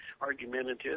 argumentative